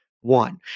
one